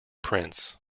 prince